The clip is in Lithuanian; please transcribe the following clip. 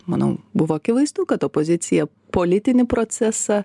manau buvo akivaizdu kad opozicija politinį procesą